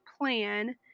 plan